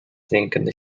sinkende